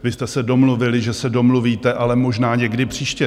Vy jste se domluvili, že se domluvíte, ale možná někdy příště.